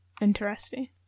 Interesting